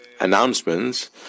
announcements